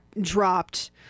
dropped